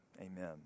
amen